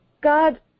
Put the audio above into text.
God